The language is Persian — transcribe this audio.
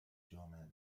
جامعه